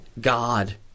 God